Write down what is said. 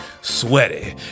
Sweaty